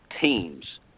teams